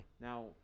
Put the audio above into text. now